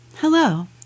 Hello